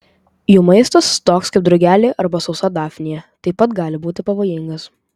jų maistas toks kaip drugeliai arba sausa dafnija taip pat gali būti pavojingas